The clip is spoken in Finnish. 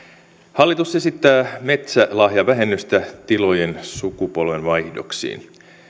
hallitus esittää metsälahjavähennystä tilojen sukupolvenvaihdoksiin